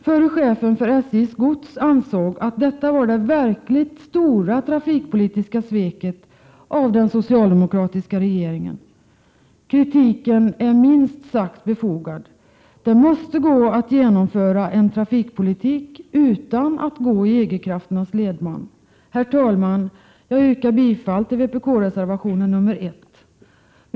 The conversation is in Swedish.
Förre chefen för SJ:s gods ansåg att detta var det verkligt stora trafikpolitiska sveket av den socialdemokratiska regeringen. Kritiken är minst sagt befogad. Det måste vara möjligt att genomföra en trafikpolitik utan att gå i EG-krafternas ledband. Herr talman! Jag yrkar bifall till vpk-reservationen nr 1.